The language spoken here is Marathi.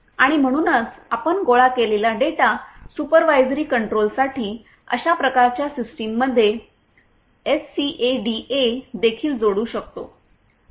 आणि म्हणूनच आपण गोळा केलेला डेटा सुपरवायझरी कंट्रोलसाठी अशा प्रकारच्या सिस्टममध्ये एससीएडीए देखील जोडू शकतो